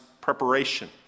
preparation